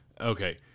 Okay